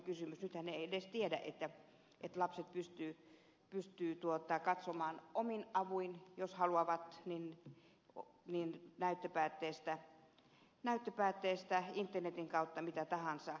nythän he eivät edes tiedä että lapset pystyvät katsomaan omin avuin jos haluavat näyttöpäätteestä internetin kautta mitä tahansa